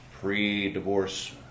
pre-divorce